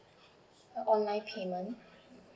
online payment